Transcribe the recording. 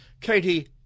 katie